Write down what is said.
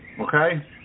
okay